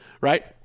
Right